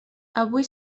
avui